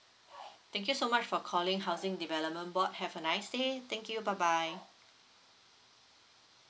thank you so much for calling housing development board have a nice day thank you bye bye